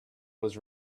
was